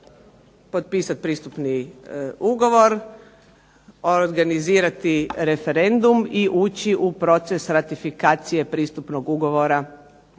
potpisati pretpristupni ugovor, organizirati referendum i ući u proces ratifikacije pristupnog ugovora